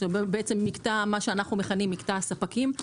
מה שאנחנו מכנים מקטע הספקים.